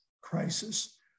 crisis